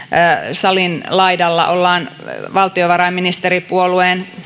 salin laidalla ollaan valtiovarainministeripuolueen